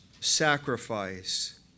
sacrifice